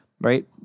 right